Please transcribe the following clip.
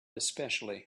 especially